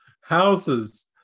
houses